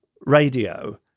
radio